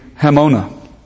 Hamona